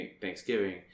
Thanksgiving